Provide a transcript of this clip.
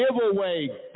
giveaway